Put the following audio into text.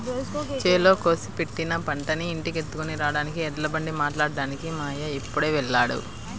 చేలో కోసి పెట్టిన పంటని ఇంటికెత్తుకొని రాడానికి ఎడ్లబండి మాట్లాడ్డానికి మా అయ్య ఇప్పుడే వెళ్ళాడు